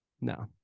No